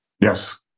Yes